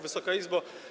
Wysoka Izbo!